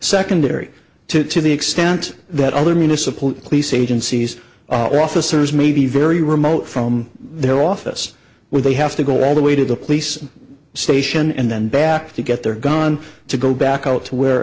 secondary to to the extent that other municipal police agencies or officers may be very remote from their office where they have to go all the way to the police station and then back to get their gun to go back out to where